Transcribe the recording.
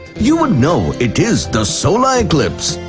you would know it is the solar eclipse.